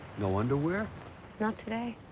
no underwear? not today.